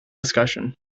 discussion